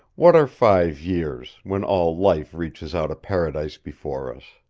what are five years, when all life reaches out a paradise before us?